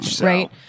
right